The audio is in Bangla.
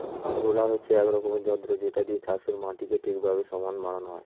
রোলার হচ্ছে এক রকমের যন্ত্র যেটা দিয়ে চাষের মাটিকে ঠিকভাবে সমান বানানো হয়